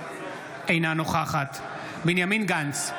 אינה נוכחת בנימין גנץ,